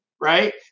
Right